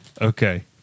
okay